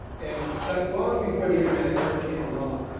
and that's long before the internet ever came along.